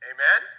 Amen